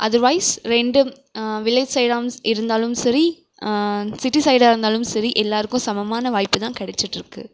otherwise ரெண்டும் village சைடாம் இருந்தாலும் சரி சிட்டி சைடாக இருந்தாலும் சரி எல்லோருக்கும் சமமான வாய்ப்பு தான் கெடைச்சிட்ருக்கு